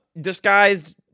disguised